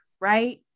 right